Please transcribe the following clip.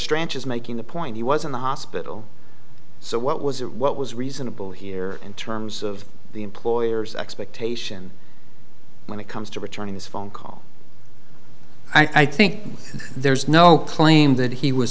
branches making the point he was in the hospital so what was it what was reasonable here in terms of the employer's expectation when it comes to returning his phone call i think there's no claim that he was